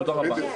תודה רבה.